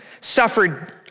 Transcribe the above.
suffered